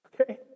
Okay